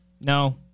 No